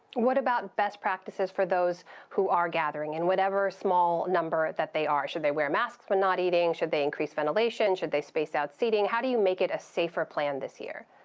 what about best practices for those who are gathering in whatever small number that they are? should they wear masks when not eating? should they increase ventilation? should they space out seating? how do you make it a safer plan this year?